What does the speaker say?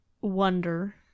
wonder